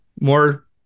more